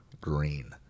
Green